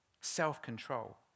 Self-control